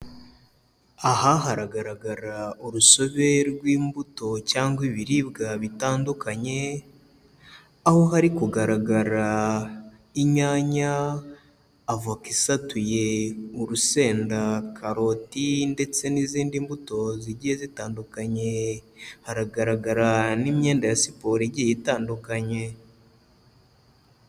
Aha haragaragara urusobe rw'imbuto cyangwa ibiribwa bitandukanye, aho hari kugaragara inyanya, avoka isatuye, urusenda, karoti ndetse n'izindi mbuto zigiye zitandukanye, haragaragara n'imyenda ya siporo igiye itandukanye.